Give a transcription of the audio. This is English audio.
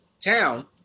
town